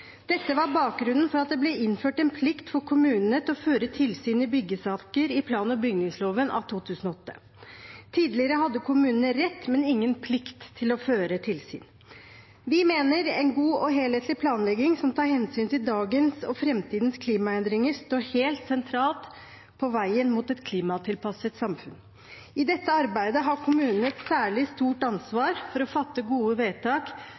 Dette var bakgrunnen for at det ble innført en plikt for kommunene til å føre tilsyn i byggesaker i plan- og bygningsloven av 2008. Tidligere hadde kommunene en rett, men ingen plikt til å føre tilsyn. Vi mener at en god og helhetlig planlegging som tar hensyn til dagens og framtidens klimaendringer, står helt sentralt på veien mot et klimatilpasset samfunn. I dette arbeidet har kommunene et særlig stort ansvar for å fatte gode vedtak